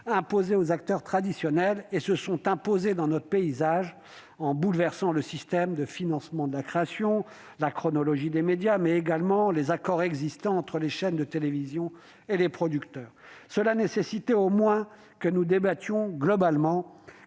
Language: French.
imposées aux acteurs traditionnels. Elles se sont imposées en chamboulant notre système de financement de la création, la chronologie des médias, mais également les accords existants entre les chaînes de télévision et les producteurs. Cette situation nécessitait au moins que nous en débattions globalement,